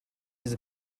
his